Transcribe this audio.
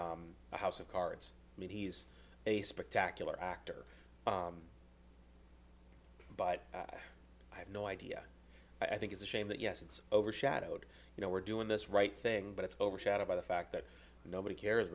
the house of cards i mean he's a spectacular actor but i have no idea i think it's a shame that yes it's overshadowed you know we're doing this right thing but it's overshadowed by the fact that nobody cares